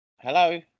hello